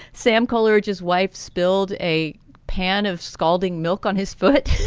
sam coleridge's wife spilled a pan of scalding milk on his foot.